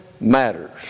matters